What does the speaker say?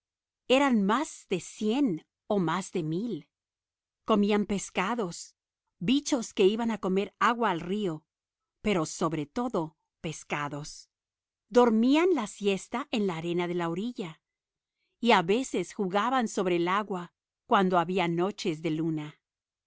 eran más de cien o más de mil comían peces bichos que iban a tomar agua al río pero sobre todo peces dormían la siesta en la arena de la orilla y a veces jugaban sobre el agua cuando había noches de luna